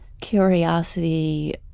curiosity